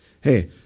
Hey